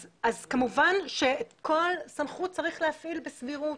אז כמובן שכל סמכות צריך להפעיל בסבירות,